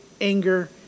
anger